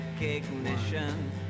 ignition